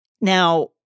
Now